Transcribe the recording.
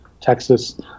Texas